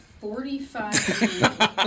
forty-five